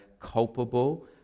culpable